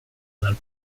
dal